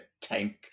tank